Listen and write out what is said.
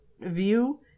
view